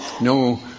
no